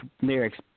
lyrics